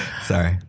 Sorry